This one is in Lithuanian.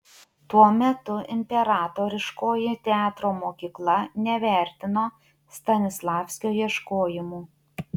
tuo metu imperatoriškoji teatro mokykla nevertino stanislavskio ieškojimų